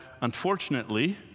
unfortunately